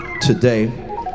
today